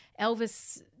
Elvis